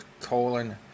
colon